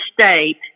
state